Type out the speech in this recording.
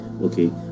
okay